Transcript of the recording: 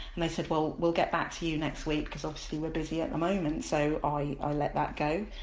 and they said, well we'll get back to you next week because obviously we're busy at the moment. so i ah let that go.